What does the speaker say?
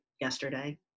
yesterday